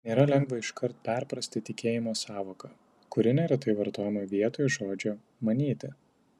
nėra lengva iškart perprasti tikėjimo sąvoką kuri neretai vartojama vietoj žodžio manyti